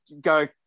go